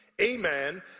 amen